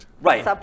Right